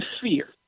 fear